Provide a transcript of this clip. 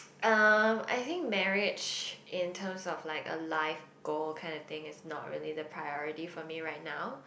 um I think marriage in terms of like a life goal kind of thing is not really the priority for me right now